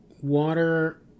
Water